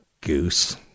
Goose